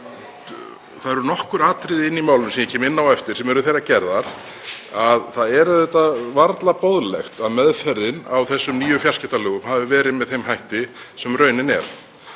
Það eru nokkur atriði í málinu sem ég kem inn á á eftir sem eru þeirrar gerðar að það er varla boðlegt að meðferðin á þessum nýju fjarskiptalögum hafi verið með þeim hætti sem raunin er.